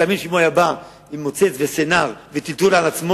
תאמין לי שאם הוא היה בא עם מוצץ וסינר וטיטול על עצמו,